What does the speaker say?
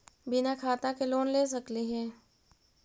बिना खाता के लोन ले सकली हे?